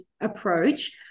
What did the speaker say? approach